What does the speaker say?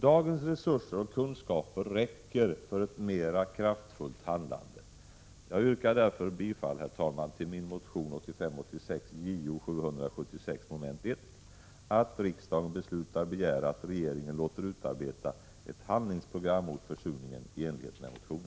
Dagens resurser och kunskaper räcker för ett mera kraftfullt handlande. Jag yrkar därför bifall till min motion 1985/86:J0776 mom. 1, där det föreslås att riksdagen beslutar begära att regeringen i enlighet med motionen låter utarbeta ett handlingsprogram mot försurningen.